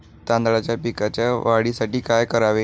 तांदळाच्या पिकाच्या वाढीसाठी काय करावे?